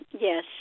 yes